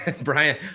Brian